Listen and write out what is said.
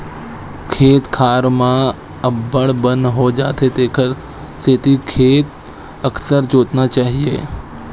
खेत खार म अब्बड़ बन हो जाथे तेखर सेती खेत ल अकरस जोतना चाही